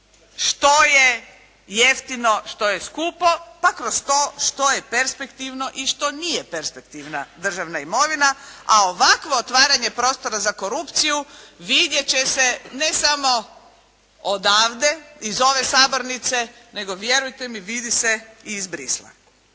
što je jeftino, što je skupo pa kroz to što je perspektivno i što nije perspektivna državna imovina, a ovakvo otvaranje prostora za korupciju vidjet će se ne samo odavde iz ove sabornice nego vjerujte mi vidi se i iz Bruxellesa.